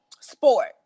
sport